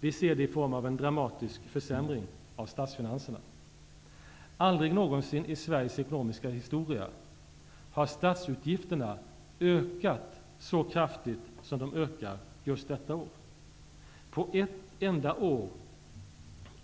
Vi ser det i form av en dramatisk försämring av statsfinanserna. Aldrig någonsin i Sveriges ekonomiska historia har statsutgifterna ökat så kraftigt som de ökar just detta år. På ett enda år